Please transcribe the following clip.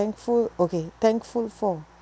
thankful okay thankful for